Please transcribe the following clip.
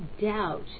doubt